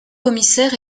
commissaire